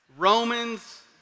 Romans